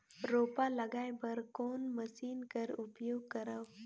रोपा लगाय बर कोन मशीन कर उपयोग करव?